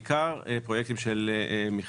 בעיקר פרויקטים של מחזור.